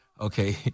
Okay